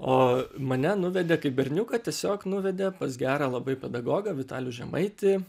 o mane nuvedė kaip berniuką tiesiog nuvedė pas gerą labai pedagogą vitalijų žemaitį